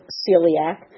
celiac